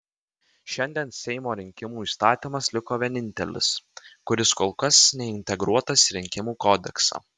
šiandien seimo rinkimų įstatymas liko vienintelis kuris kol kas neintegruotas į rinkimų kodeksą